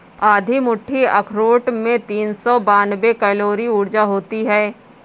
आधी मुट्ठी अखरोट में तीन सौ बानवे कैलोरी ऊर्जा होती हैं